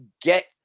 get